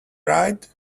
ride